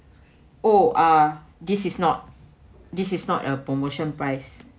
oh uh this is not this is not a promotion price